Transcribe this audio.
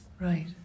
Right